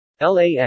LAX